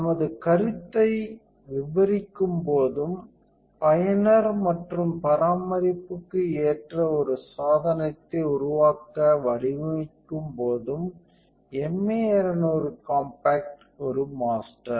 நமது கருத்தை விவரிக்கும் போதும் பயனர் மற்றும் பராமரிப்புக்கு ஏற்ற ஒரு சாதனத்தை உருவாக்க வடிவமைக்கும் போதும் MA 200 காம்பாக்ட் ஒரு மாஸ்டர்